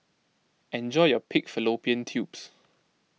enjoy your Pig Fallopian Tubes